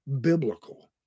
biblical